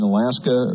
Alaska